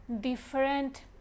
different